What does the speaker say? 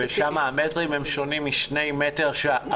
שם המרחק שונה משני המטר הבסיסיים?